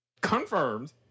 Confirmed